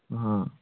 हाँ